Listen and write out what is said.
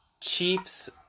Chiefs